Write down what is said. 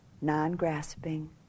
non-grasping